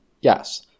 yes